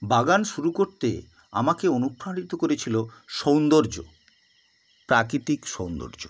বাগান শুরু করতে আমাকে অনুপ্রাণিত করেছিল সৌন্দর্য প্রাকৃতিক সৌন্দর্য